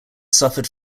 suffered